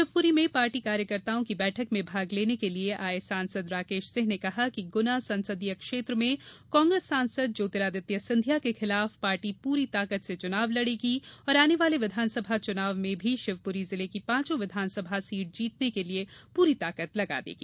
शिवपुरी में पार्टी कार्यकर्ताओं की बैठक में भाग लेने के लिए आए सांसद राकेश सिंह ने कहा कि गुना संसदीय क्षेत्र में कांग्रेस सांसद ज्योतिरादित्य सिंधिया के खिलाफ पार्टी प्ररी ताकत से चुनाव लड़ेगी और आने वाले विधानसभा चुनाव में भी शिवपुरी जिले की पांचों विधानसभा सीट जीतने के लिए पूरी ताकत लगा देगी